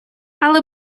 але